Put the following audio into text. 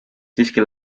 siiski